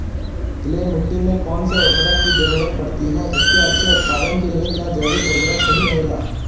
Clay मिट्टी में कौन से उर्वरक की जरूरत पड़ती है इसके अच्छे उत्पादन के लिए क्या जैविक उर्वरक सही रहेगा?